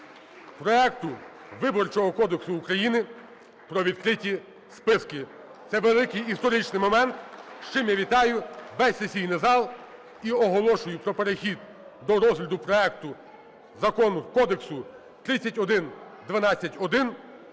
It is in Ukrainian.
проекту Виборчого кодексу України про відкриті списки. Це великий історичний момент, з чим я вітаю весь сесійний зал. І оголошую про перехід до розгляду проекту закону… кодексу 3112-1.